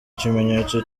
kimenyetso